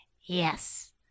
Yes